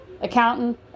accountant